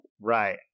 Right